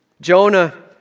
Jonah